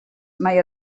mai